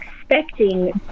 expecting